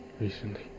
recently